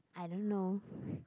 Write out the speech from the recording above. I don't know